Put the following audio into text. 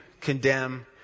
condemn